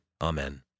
Amen